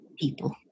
people